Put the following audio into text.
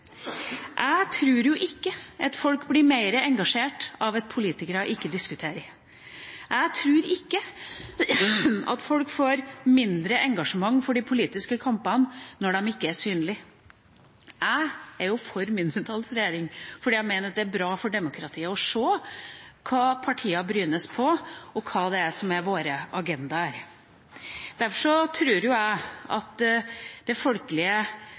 Jeg tror ikke at folk blir mer engasjert av at politikere ikke diskuterer. Jeg tror ikke at folk får mindre engasjement for de politiske kampene når de ikke er synlige. Jeg er for mindretallsregjering fordi jeg mener det er bra for demokratiet å se hva partiene brynes på, og hva som er våre agendaer. Derfor tror jeg at den folkelige